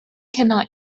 cannot